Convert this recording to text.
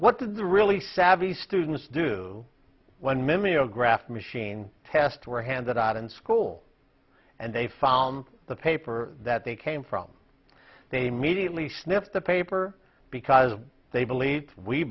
what did the really savvy students do when mimeograph machine tests were handed out in school and they found the paper that they came from they mediately sniffed the paper because they believed we